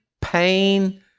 pain